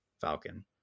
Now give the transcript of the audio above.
Falcon